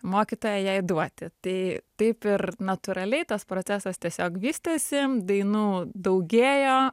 mokytoja jai duoti tai taip ir natūraliai tas procesas tiesiog vystėsi dainų daugėjo